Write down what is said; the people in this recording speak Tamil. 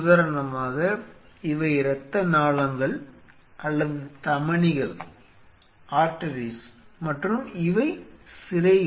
உதாரணமாக இவை இரத்த நாளங்கள் அல்லது தமனிகள் மற்றும் இவை சிரைகள்